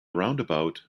roundabout